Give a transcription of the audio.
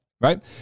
right